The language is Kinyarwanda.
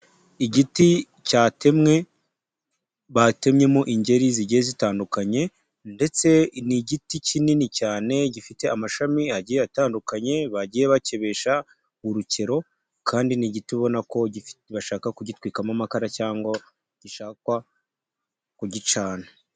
Igiti cyatemwe batemyemo ingeri zigiye zitandukanye ndetse ni igiti kinini cyane gifite amashami agiye atandukanye bagiye bakebesha urugero kandi ni igiti ubona ko bashaka kugitwikamo amakara cyangwa gishakwa kugicana.